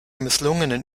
misslungenen